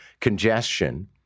congestion